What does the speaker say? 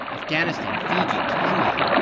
afghanistan, fiji, kenya?